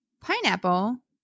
pineapple